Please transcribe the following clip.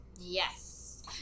Yes